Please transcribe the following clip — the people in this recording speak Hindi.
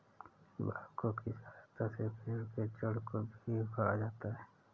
बेक्हो की सहायता से पेड़ के जड़ को भी उखाड़ा जाता है